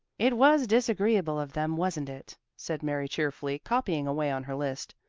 it was disagreeable of them, wasn't it? said mary cheerfully, copying away on her list.